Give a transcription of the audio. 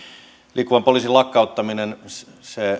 liikkuvan poliisin lakkauttaminen se